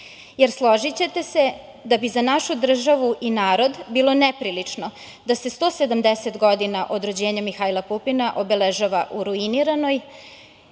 jer složićete se da bi za našu državu i narod bila neprilično da se 170 godina od rođenja Mihajla Pupina obeležava u ruiniranoj